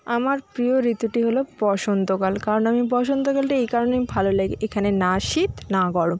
আমার প্রিয় ঋতুটি হলো বসন্তকাল কারণ আমি বসন্তকালটা এই কারণেই ভালো লাগে এখানে না শীত না গরম